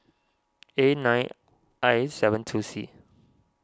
A nine I seven two C